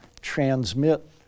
transmit